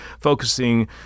focusing